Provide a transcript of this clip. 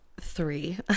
three